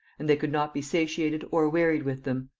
and they could not be satiated or wearied with them.